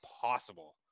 possible